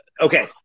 Okay